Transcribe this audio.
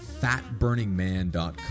FatBurningMan.com